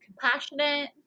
compassionate